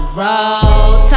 road